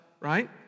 right